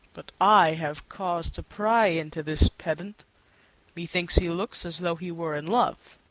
but i have cause to pry into this pedant methinks he looks as though he were in love.